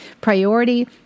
priority